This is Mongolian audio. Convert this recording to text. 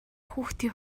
хүүхдийн